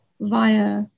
via